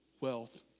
wealth